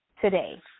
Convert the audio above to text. today